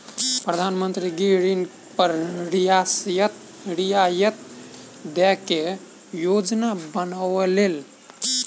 प्रधान मंत्री गृह ऋण पर रियायत दय के योजना बनौलैन